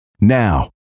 Now